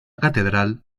catedral